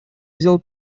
взял